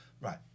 Right